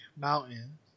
Mountain